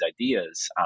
ideas